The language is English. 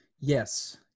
yes